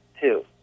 two